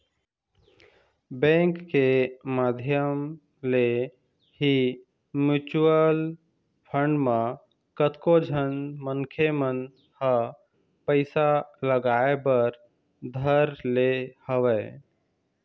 bank के माधियम ले ही म्यूचुवल फंड म कतको झन मनखे मन ह पइसा लगाय बर धर ले हवय